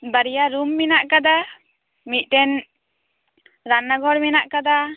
ᱵᱟᱨᱭᱟ ᱨᱩᱢ ᱢᱮᱱᱟᱜ ᱠᱟᱫᱟ ᱢᱤᱫᱴᱮᱱ ᱨᱟᱱᱱᱟ ᱜᱷᱚᱨ ᱢᱮᱱᱟᱜ ᱠᱟᱫᱟ